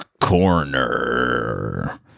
corner